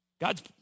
God's